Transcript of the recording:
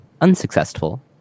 unsuccessful